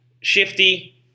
Shifty